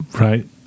Right